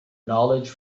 knowledge